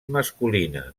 masculina